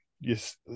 yes